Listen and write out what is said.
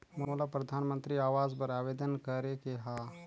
मोला परधानमंतरी आवास बर आवेदन करे के हा?